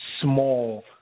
small